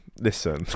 Listen